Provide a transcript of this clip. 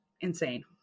insane